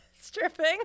stripping